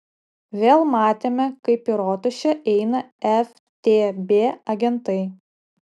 vėl matėme kaip į rotušę eina ftb agentai